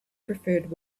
preferred